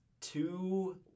two